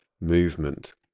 movement